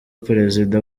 perezida